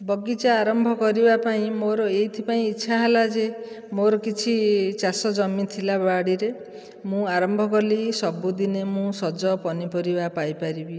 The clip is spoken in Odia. ବଗିଚା ଆରମ୍ଭ କରିବାପାଇଁ ମୋର ଏଇଥିପାଇଁ ଇଛା ହେଲା ଯେ ମୋର କିଛି ଚାଷ ଜମି ଥିଲା ବାଡ଼ିରେ ମୁଁ ଆରମ୍ଭ କଲି ସବୁଦିନେ ମୁଁ ସଜ ପନିପରିବା ପାଇପାରିବି